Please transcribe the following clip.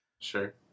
Sure